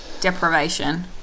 deprivation